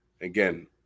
again